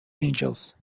angels